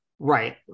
right